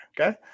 Okay